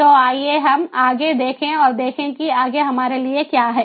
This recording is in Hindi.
तो आइए हम आगे देखें और देखें कि आगे हमारे लिए क्या है